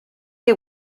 que